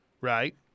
right